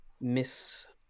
Miss